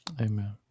Amen